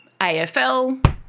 AFL